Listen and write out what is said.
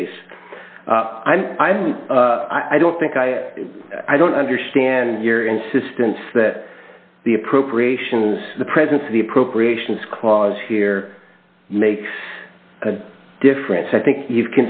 case i'm i'm i don't think i i don't understand your insistence that the appropriations the presence of the appropriations clause here makes a difference i think